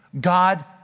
God